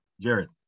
Jared